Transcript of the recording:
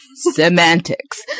semantics